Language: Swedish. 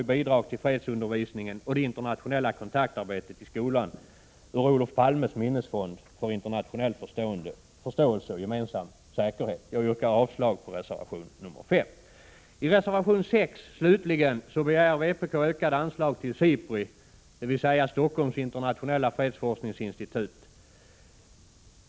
i bidrag till fredsundervisningen och det internationella kontaktarbetet i skolan ur Olof Palmes minnesfond för internationell förståelse och gemensam säkerhet. Jag yrkar avslag på reservation 5. I reservation 6 slutligen begär vpk ökade anslag till SIPRI, dvs. Stockholms internationella fredsforskningsinstitut.